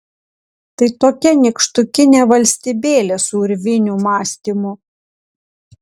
tai tokia nykštukinė valstybėlė su urvinių mąstymu